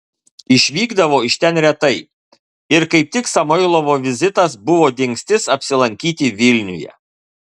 išvykdavo iš ten retai ir kaip tik samoilovo vizitas buvo dingstis apsilankyti vilniuje